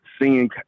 seeing